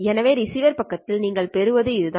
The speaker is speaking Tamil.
எனவே ரிசீவர் பக்கத்தில் நீங்கள் பெறுவது இது தான்